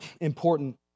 important